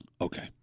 Okay